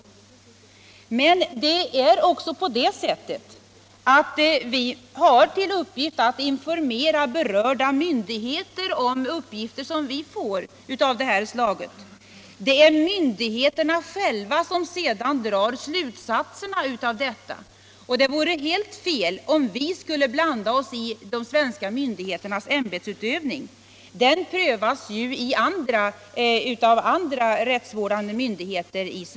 Men vi har också att informera berörda myndigheter om uppgifter av det här slaget som vi får. Det är myndigheterna själva som sedan drar slutsatserna. Och det vore helt felaktigt om vi skulle blanda oss i de svenska myndigheternas ämbetsutövning. Den prövas ju av rättsvårdande myndigheter.